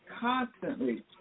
constantly